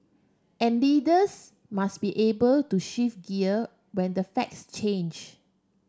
and leaders must be able to shift gear when the facts change